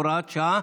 הוראת שעה.